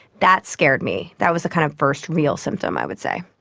that scared me. that was the kind of first real symptom, i would say.